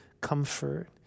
comfort